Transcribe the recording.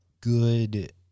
good